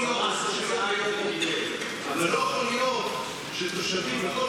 כל יום --- אבל לא כל יום תושבים מכל